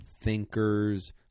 thinkers